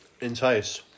Entice